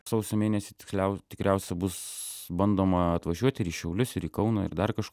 sausio mėnesį tiksliau tikriausia bus bandoma atvažiuot ir į šiaulius ir į kauną ir dar kaž